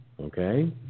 Okay